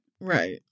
Right